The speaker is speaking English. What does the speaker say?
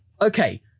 okay